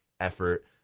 effort